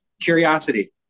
curiosity